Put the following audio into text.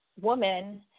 woman